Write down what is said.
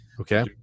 Okay